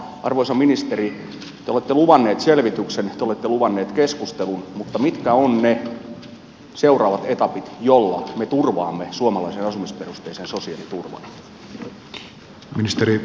arvoisa ministeri te olette luvannut selvityksen te olette luvannut keskustelun mutta mitkä ovat ne seuraavat etapit joilla me turvaamme suomalaisen asumisperusteisen sosiaaliturvan